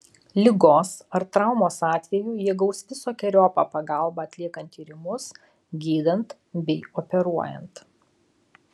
ligos ar traumos atveju jie gaus visokeriopą pagalbą atliekant tyrimus gydant bei operuojant